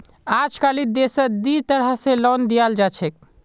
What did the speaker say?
अजकालित देशत दी तरह स लोन दियाल जा छेक